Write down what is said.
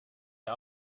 der